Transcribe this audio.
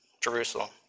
Jerusalem